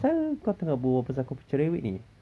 asal kau tengah berbual pasal aku punya cerewet ni